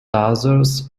others